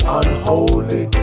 unholy